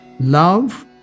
Love